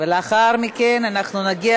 ולאחר מכן נגיע